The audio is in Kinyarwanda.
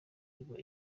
iba